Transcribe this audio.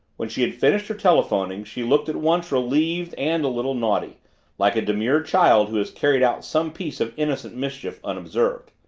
when she had finished her telephoning, she looked at once relieved and a little naughty like a demure child who has carried out some piece of innocent mischief unobserved.